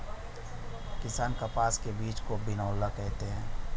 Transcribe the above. किसान कपास के बीज को बिनौला कहते है